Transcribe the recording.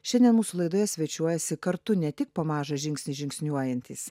šiandien mūsų laidoje svečiuojasi kartu ne tik po mažą žingsnį žingsniuojantys